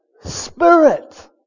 spirit